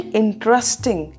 interesting